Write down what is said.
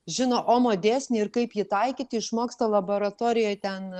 žino omo dėsnį ir kaip jį taikyti išmoksta laboratorijoj ten